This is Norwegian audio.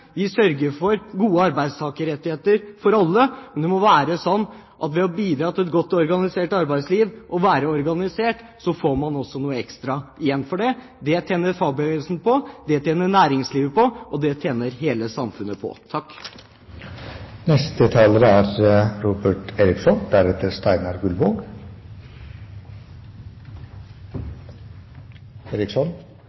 Vi sørger for gode arbeidstakerrettigheter for alle, men det må være slik at ved å bidra til et godt organisert arbeidsliv og være organisert får man også noe ekstra igjen. Det tjener fagbevegelsen på, det tjener næringslivet på, og det tjener hele samfunnet på.